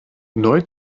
neu